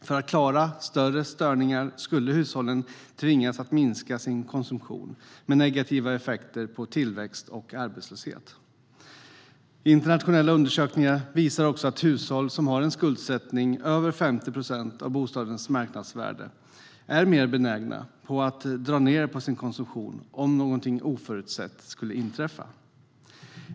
För att klara större störningar skulle hushållen tvingas minska sin konsumtion, vilket får negativa effekter på tillväxt och arbetslöshet. Internationella undersökningar visar också att hushåll som har en skuldsättning över 50 procent av bostadens marknadsvärde är mer benägna att dra ned på sin konsumtion om något oförutsett skulle inträffa.